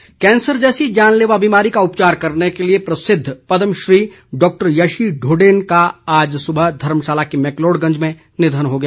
निधन कैंसर जैसी जानलेवा बीमारी का उपचार करने के लिए प्रसिद्ध पद्मश्री डॉक्टर यशी ढोडेन का आज सुबह धर्मशाला के मैकलोडगंज में निधन हो गया